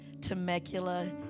Temecula